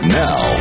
now